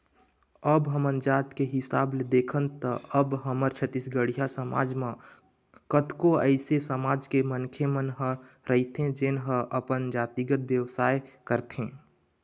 अब हमन जात के हिसाब ले देखन त अब हमर छत्तीसगढ़िया समाज म कतको अइसे समाज के मनखे मन ह रहिथे जेन ह अपन जातिगत बेवसाय करथे